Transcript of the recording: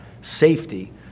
safety